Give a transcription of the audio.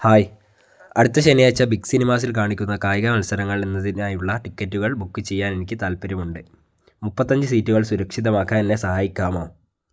hi അടുത്ത ശനിയാഴ്ച Big സിനിമാസിൽ കാണിക്കുന്ന കായിക മത്സരങ്ങൾ എന്നതിനായുള്ള ടിക്കറ്റുകൾ ബുക്ക് ചെയ്യാൻ എനിക്ക് താൽപ്പര്യമുണ്ട് മുപ്പത്തി അഞ്ച് സീറ്റുകൾ സുരക്ഷിതമാക്കാൻ എന്നെ സഹായിക്കാമോ